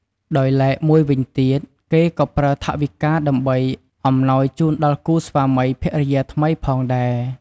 ដោយឡែកមួយវិញទៀត គេក៏ប្រើថវិកា ដើម្បីអំណោយជូនដល់គូស្វាមីភរិយាថ្មីផងដែរ។